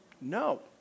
No